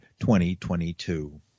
2022